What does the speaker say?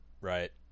right